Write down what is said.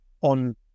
on